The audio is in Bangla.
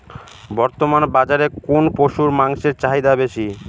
বর্তমান বাজারে কোন পশুর মাংসের চাহিদা বেশি?